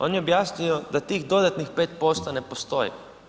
On je objasnio da tih dodatnih 5% ne postoji.